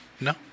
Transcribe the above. No